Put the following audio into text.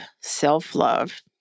self-love